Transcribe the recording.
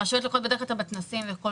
הרשויות לוקחות בדרך קבלני משנה.